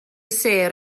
sêr